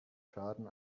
schaden